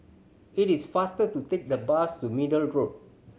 it is faster to take the bus to Middle Road